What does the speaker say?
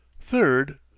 Third